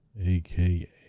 aka